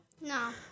No